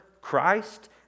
Christ